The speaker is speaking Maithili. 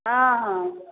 हँ हँ